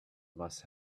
must